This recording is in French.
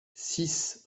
six